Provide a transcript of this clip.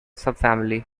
subfamily